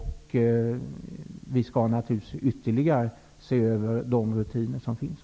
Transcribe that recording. Vi skall naturligtvis ytterligare se över de rutiner som finns.